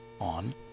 on